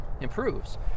improves